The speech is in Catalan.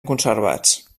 conservats